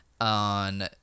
on